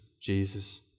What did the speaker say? Jesus